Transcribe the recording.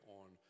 on